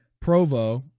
Provo